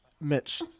Mitch